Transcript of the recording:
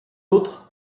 autres